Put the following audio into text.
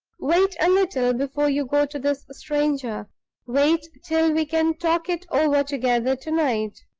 wait a little before you go to this stranger wait till we can talk it over together to-night.